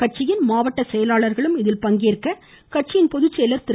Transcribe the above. கட்சியின் மாவட்ட செயலாளர்களும் இதில் பங்கேற்குமாறு கட்சியின் பொதுச்செயலர் திரு